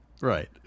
Right